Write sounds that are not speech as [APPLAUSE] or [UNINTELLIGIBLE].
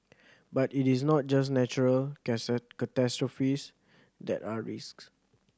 but it is not just natural [UNINTELLIGIBLE] catastrophes that are risks